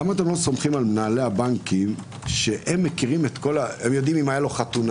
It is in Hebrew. למה אתם לא סומכים על מנהלי הבנקים שהם יודעים אם הייתה לו חתונה,